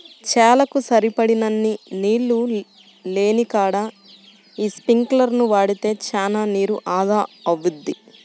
చేలకు సరిపడినన్ని నీళ్ళు లేనికాడ యీ స్పింకర్లను వాడితే చానా నీరు ఆదా అవుద్ది